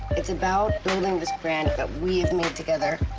it's about building this brand that we have made together,